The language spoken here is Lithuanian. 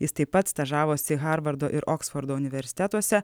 jis taip pat stažavosi harvardo ir oksfordo universitetuose